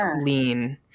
lean